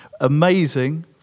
amazing